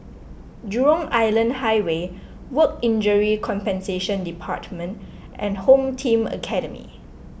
Jurong Island Highway Work Injury Compensation Department and Home Team Academy